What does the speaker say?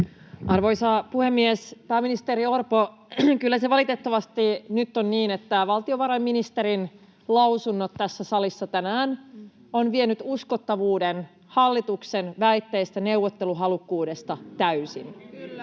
Arvoisa puhemies! Pääministeri Orpo, kyllä se valitettavasti nyt on niin, että valtiovarainministerin lausunnot tässä salissa tänään ovat vieneet uskottavuuden hallituksen väitteiltä neuvotteluhalukkuudesta täysin,